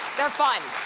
they're fun.